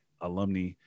alumni